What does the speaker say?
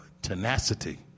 Tenacity